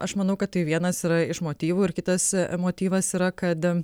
aš manau kad tai vienas yra iš motyvų ir kitas motyvas yra kad